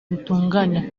zitunganya